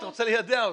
אתה רוצה ליידע אותו.